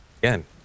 again